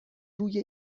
روی